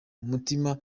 mutima